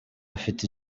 afite